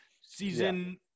season